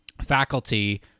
faculty